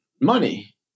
money